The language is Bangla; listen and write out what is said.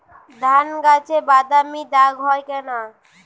ধানগাছে বাদামী দাগ হয় কেন?